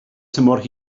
tymor